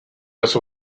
las